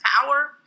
power